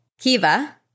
Kiva